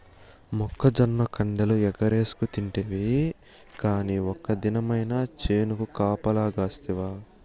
మొక్కజొన్న కండెలు ఎగరేస్కతింటివి కానీ ఒక్క దినమైన చేనుకు కాపలగాస్తివా